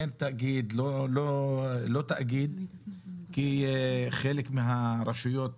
כן תאגיד, לא תאגיד, כי חלק מהרשויות